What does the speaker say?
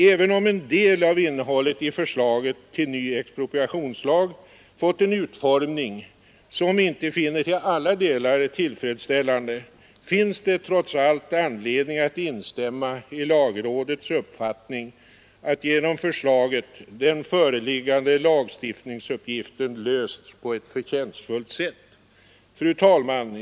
Även om en del av innehållet i förslaget till ny expropriationslag fått en utformning som vi inte finner till alla delar tillfredsställande, finns det trots allt anledning att instämma i lagrådets uppfattning att genom förslaget den föreliggande lagstiftningsuppgiften lösts på ett förtjänstfullt sätt. Fru talman!